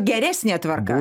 geresnė tvarka